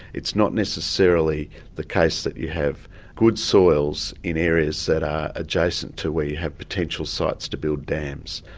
it's not necessarily the case that you have good soils in areas that are adjacent to where you have potential sites to build dams.